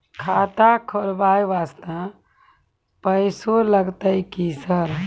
खाता खोलबाय वास्ते पैसो लगते की सर?